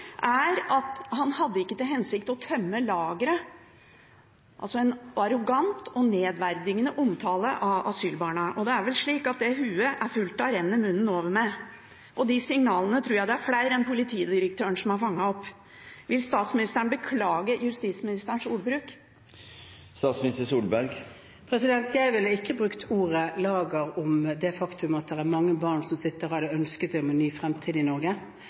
er at han ikke hadde til hensikt å «tømme lageret», altså en arrogant og nedverdigende omtale av asylbarna. Det er vel slik at det hodet er fullt av, renner munnen over med. De signalene tror jeg det er flere enn politidirektøren som har fanget opp. Vil statsministeren beklage justisministerens ordbruk? Jeg ville ikke brukt ordet «lager» om det faktum at det er mange barn som ønsker en ny fremtid i Norge, men som ikke fyller kravene til behov for beskyttelse i Norge